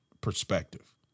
perspective